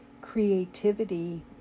creativity